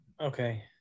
Okay